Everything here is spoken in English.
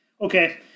Okay